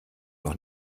noch